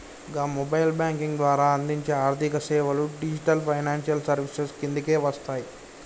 గా mobile banking ద్వారా అందించే ఆర్థికసేవలు డిజిటల్ ఫైనాన్షియల్ సర్వీసెస్ కిందకే వస్తయి